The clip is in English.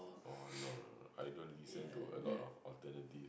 oh no no I don't listen to a lot of alternative